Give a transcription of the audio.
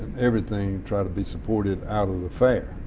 everything try to be supported out of the fair.